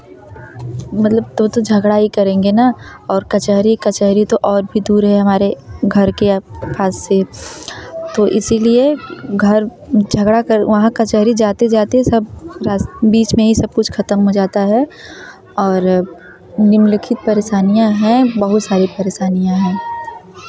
मतलब तो तो झगड़ा ही करेंगे न और कचहरी कचहरी तो और भी दूर है हमारे घर के पास से तो इसीलिए घर झगड़ा कर वहाँ कचहरी जाते जाते सब रास बीच में ही सब कुछ ख़त्म हो जाता है और निम्नलिखित परेशानियाँ हैं बहुत सारी परेशानियाँ हैं